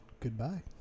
Goodbye